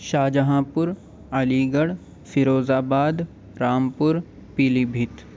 شاہجہاں پور Aligarh Firozabad Rampur پیلی بھیت